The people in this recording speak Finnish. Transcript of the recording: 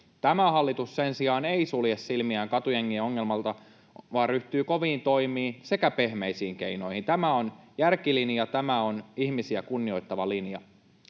Tämä hallitus sen sijaan ei sulje silmiään katujengiongelmalta vaan ryhtyy koviin toimiin sekä pehmeisiin keinoihin. Tämä on järkilinja. Tämä on ihmisiä kunnioittava linja.